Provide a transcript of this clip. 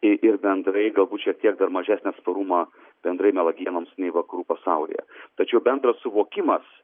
ir bendrai galbūt šiek tiek dar mažesnį atsparumą bendrai melagienoms nei vakarų pasaulyje tačiau bendras suvokimas